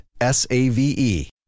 S-A-V-E